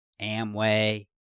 amway